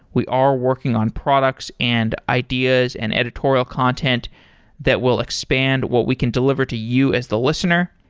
we are working on products and ideas and editorial content that will expand what we can deliver to you as the listener.